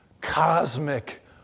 Cosmic